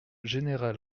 général